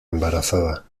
embarazada